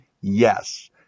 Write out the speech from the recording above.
Yes